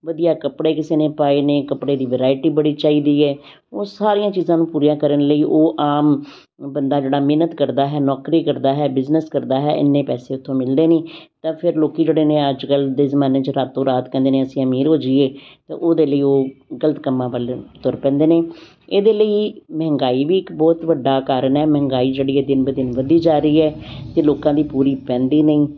ਵਧੀਆ ਕੱਪੜੇ ਕਿਸੇ ਨੇ ਪਾਏ ਨੇ ਕੱਪੜੇ ਦੀ ਵਰਾਇਟੀ ਬੜੀ ਚਾਹੀਦੀ ਹੈ ਉਹ ਸਾਰੀਆਂ ਚੀਜ਼ਾਂ ਨੂੰ ਪੂਰੀਆਂ ਕਰਨ ਲਈ ਉਹ ਆਮ ਬੰਦਾ ਜਿਹੜਾ ਮਿਹਨਤ ਕਰਦਾ ਹੈ ਨੌਕਰੀ ਕਰਦਾ ਹੈ ਬਿਜਨਸ ਕਰਦਾ ਹੈ ਇੰਨੇ ਪੈਸੇ ਉੱਥੋਂ ਮਿਲਦੇ ਨਹੀਂ ਤਾਂ ਫਿਰ ਲੋਕ ਜਿਹੜੇ ਨੇ ਅੱਜ ਕੱਲ੍ਹ ਦੇ ਜ਼ਮਾਨੇ 'ਚ ਰਾਤੋ ਰਾਤ ਕਹਿੰਦੇ ਨੇ ਅਸੀਂ ਅਮੀਰ ਹੋ ਜਾਈਏ ਉਹਦੇ ਲਈ ਉਹ ਗਲਤ ਕੰਮਾਂ ਵੱਲ ਤੁਰ ਪੈਂਦੇ ਨੇ ਇਹਦੇ ਲਈ ਮਹਿੰਗਾਈ ਵੀ ਇੱਕ ਬਹੁਤ ਵੱਡਾ ਕਾਰਨ ਹੈ ਮਹਿੰਗਾਈ ਜਿਹੜੀ ਦਿਨ ਬ ਦਿਨ ਵਧੀ ਜਾ ਰਹੀ ਹੈ ਅਤੇ ਲੋਕਾਂ ਦੀ ਪੂਰੀ ਪੈਂਦੀ ਨਹੀਂ